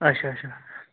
اچھا اچھا